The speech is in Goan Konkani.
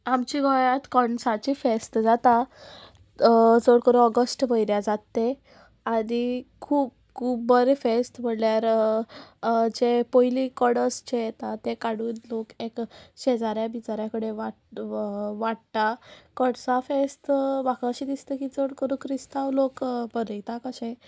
आमच्या गोंयांत कोणसाची फेस्त जाता चड करून ऑगस्ट म्हयन्या जात ते आनी खूब खूब बरें फेस्त म्हणल्यार जे पयली कोणस जे येता ते काडून लोक एक शेजाऱ्या बिजाऱ्या कडे वाड वाडटा कोणसां फेस्त म्हाका अशें दिसता की चड करून क्रिस्तांव लोक बरयता कशें